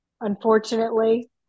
unfortunately